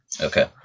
Okay